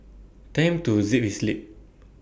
tell him to zip his lip